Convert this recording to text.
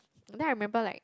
then I remember like